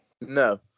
No